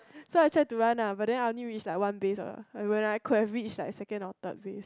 so I tried to run lah but then I only reach like one base lah when I could have reach like second or third base